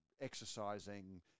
exercising